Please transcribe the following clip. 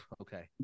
Okay